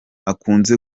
akunze